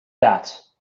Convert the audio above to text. that